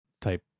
type